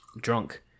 Drunk